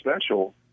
special